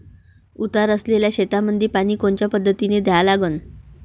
उतार असलेल्या शेतामंदी पानी कोनच्या पद्धतीने द्या लागन?